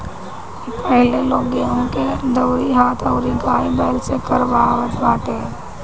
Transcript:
पहिले लोग गेंहू के दवरी हाथ अउरी गाय बैल से करवावे